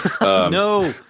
No